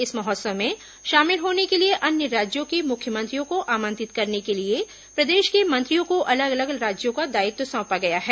इस महोत्सव में शामिल होने के लिए अन्य राज्यों को मुख्यमंत्रियों को आमंत्रित करने के लिए प्रदेश के मंत्रियों को अलग अलग राज्यों का दायित्व सौंपा गया है